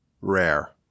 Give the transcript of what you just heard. rare